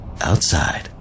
outside